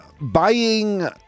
Buying